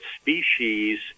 species